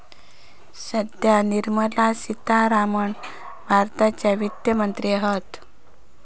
सध्या निर्मला सीतारामण भारताच्या वित्त मंत्री हत